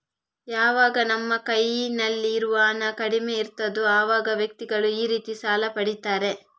ಯಾವಾಗ ನಮ್ಮ ಕೈನಲ್ಲಿ ಇರುವ ಹಣ ಕಡಿಮೆ ಇರ್ತದೋ ಅವಾಗ ವ್ಯಕ್ತಿಗಳು ಈ ರೀತಿ ಸಾಲ ಪಡೀತಾರೆ